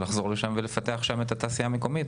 לחזור לשם ולפתח את התעשייה המקומית.